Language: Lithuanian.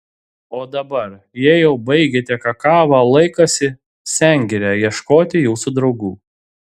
o dabar jei jau baigėte kakavą laikas į sengirę ieškoti jūsų draugų